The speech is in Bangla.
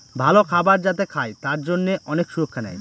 ভালো খাবার যাতে খায় তার জন্যে অনেক সুরক্ষা নেয়